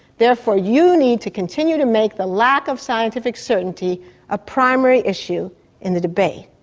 therefore you need to continue to make the lack of scientific certainty a primary issue in the debate.